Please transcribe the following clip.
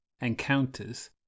Encounters